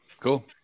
Cool